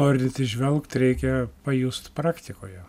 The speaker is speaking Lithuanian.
norint įžvelgt reikia pajust praktikoje